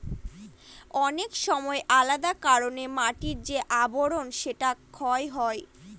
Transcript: অনেক সময় আলাদা কারনে মাটির যে আবরন সেটা ক্ষয় হয়